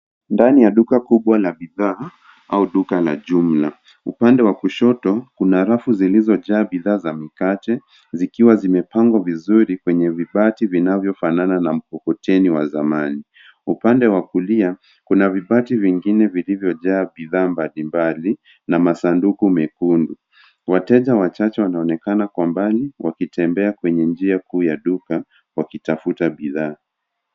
Ndani ya duka kubwa la bidhaa au duka la jumla, upande wa kushoto kuna rafu zilizojaa bidhaa chache zikiwa zimepangwa vizuri kwenye vibati vinavyofanana na mkokoteni wa zamani. Upande wa kulia kuna vibati vingine vilivyojaa bidhaa mbalimbali na masanduku mekundu. Wateja wachache wanaonekana kwa mbali wakitembea kwenye njia kuu ya duka wakitafuta bidhaa.